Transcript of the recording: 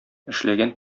эшләгән